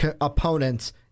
opponents